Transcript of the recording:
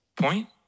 Point